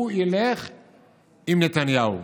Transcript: ילך עם נתניהו,